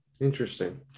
interesting